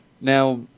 Now